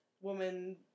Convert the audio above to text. woman